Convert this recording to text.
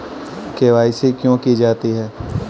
KYC क्यों की जाती है?